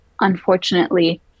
unfortunately